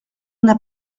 una